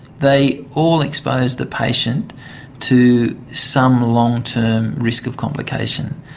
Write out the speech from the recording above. they all expose the patient to some long-term risk of complication.